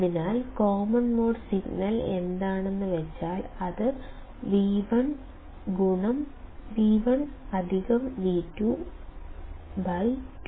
അതിനാൽ common mode signal എന്താണെന്ന് വെച്ചാൽ അത് V1V22 ആണ്